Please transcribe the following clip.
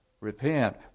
repent